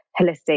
holistic